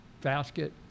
basket